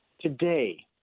today